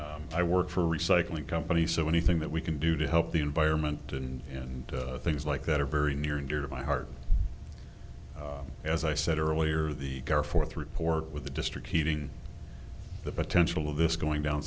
i work for recycling company so anything that we can do to help the environment and things like that are very near and dear to my heart as i said earlier the fourth report with the district heating the potential of this going down